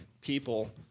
people